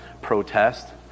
protest